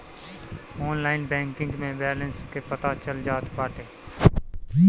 online banking में balance के पता चल जात बाटे